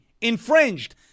infringed